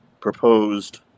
proposed